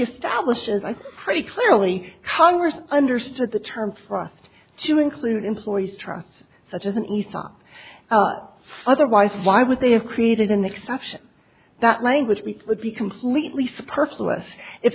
establishes i think pretty clearly congress understood the terms for us to include employees trusts such as an isa for otherwise why would they have created an exception that language would be completely